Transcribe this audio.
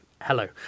hello